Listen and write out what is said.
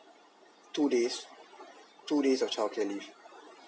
two days two days of childcare leave